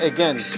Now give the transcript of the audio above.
Again